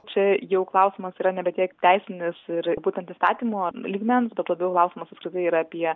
čia jau klausimas yra nebe tiek teisinis ir būtent įstatymo lygmens bet labiau klausimas apskritai yra apie